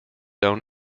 own